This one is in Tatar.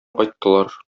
кайттылар